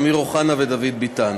אמיר אוחנה ודוד ביטן.